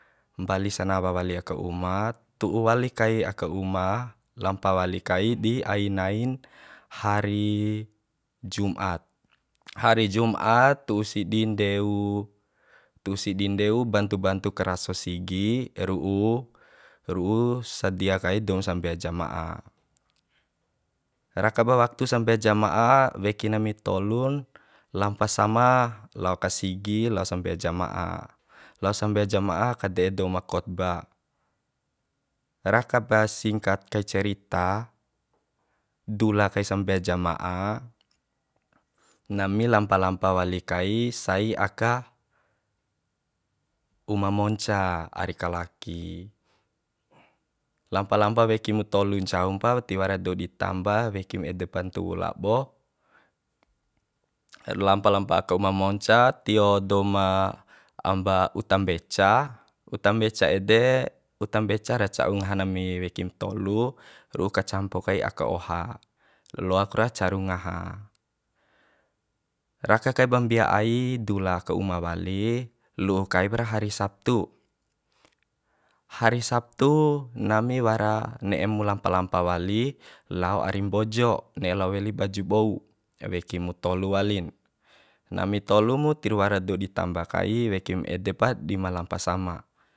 Mbali sanawa wali aka uma tu'u wali kai aka uma lampa wali kai di ai nain hari jum'at hari jum'at tu'u sidi ndeu tu'u sidi ndeu bantu bantu karaso sigi ru'u ru'u sadia kai doum sabea jama'a rakaba waktu sambea jama'a weki nami tolun lampa sama lao ka sigi lao sambea jama'a lao sambea jama'a kade'e dou ma kotba raka ba singkat kai cerita dula kai sambea jama'a nami lampa lampa wali kai sai aka uma monca ari kalaki lampa lampa weki mu tolu ncaumpa wati wara dou di tamba wekim eda pa ntuwu labo lampa lampa ka uma monca tio dou ma amba uta mbeca uta mbeca ede uta mbeca ra ca'u ngaha nami wekim tolu ru'u kacampo kai aka oha loak ra caru ngaha raka kai ba mbia ai dula ka uma wali lu kaimra hari sabtu hari sabtu nami wara ne'e mu lampa lampa wali lao ari mbojo ne'e lao weli baju bou weki mu tolu walin nami tolu mu tirwara dou di tamba kai wekim ede pa dima lampa sama